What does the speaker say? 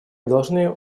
должны